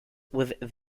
with